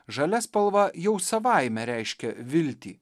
žalia spalva jau savaime reiškia viltį